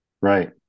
Right